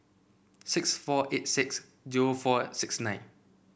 six four eight six zero four six nine